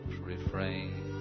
refrain